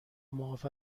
معاف